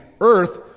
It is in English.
earth